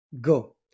go